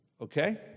Okay